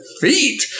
feet